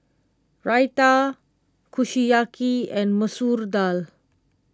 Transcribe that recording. Raita Kushiyaki and Masoor Dal